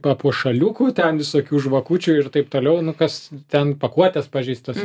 papuošaliukų ten visokių žvakučių ir taip toliau nu kas ten pakuotės pažeistos